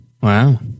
Wow